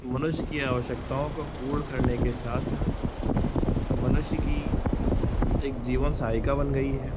मनुष्य की आवश्यकताओं को पूर्ण करने के साथ साथ मनुष्य की एक जीवन सहायिका बन गई है